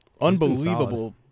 unbelievable